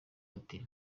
ati